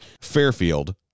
Fairfield